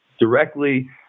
directly